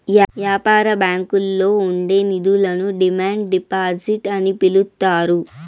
యాపార బ్యాంకుల్లో ఉండే నిధులను డిమాండ్ డిపాజిట్ అని పిలుత్తారు